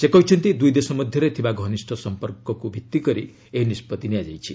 ସେ କହିଛନ୍ତି ଦୂଇ ଦେଶ ମଧ୍ୟରେ ଥିବା ଘନିଷ୍ଠ ସମ୍ପର୍କକୁ ଭିତ୍ତି କରି ଏହି ନିଷ୍ପଭି ନିଆଯାଇଛି